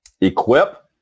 equip